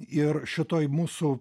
ir šitoj mūsų